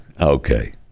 Okay